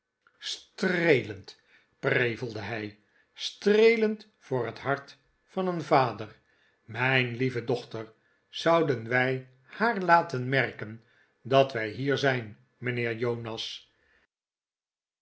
streelend prevelde hij streelend voor het hart van een vader mijn lieve dochter zouden wij haar laten merken dat wij hier zijn